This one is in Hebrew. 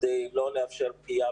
כדי לא לאפשר פגיעה